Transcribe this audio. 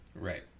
Right